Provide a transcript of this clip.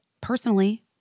personally